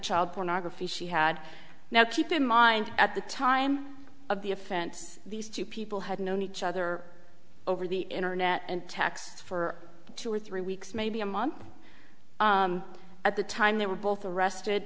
child pornography she had now keep in mind at the time of the offense these two people had known each other over the internet and text for two or three weeks maybe a month at the time they were both arrest